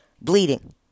bleeding